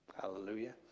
Hallelujah